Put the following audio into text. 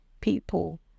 people